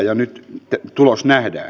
ja nyt tulos nähdään